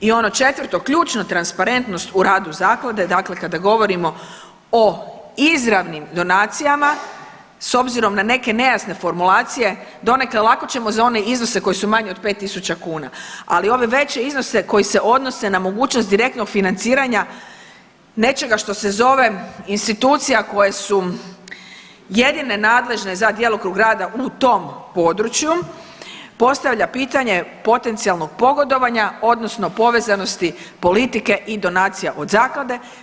I ono četvrto, ključnu transparentnost u radu zaklade dakle kada govorimo o izravnim donacijama s obzirom na neke nejasne formulacije donekle lako ćemo za one iznose koji su manji od 5.000 kuna, ali ove veće iznose koji se odnose na mogućnost direktnog financiranja nečega što se zove institucija koje su jedine nadležne za djelokrug rada u tom području postavlja pitanje potencijalnog pogodovanja odnosno povezanosti politike i donacija od zaklade.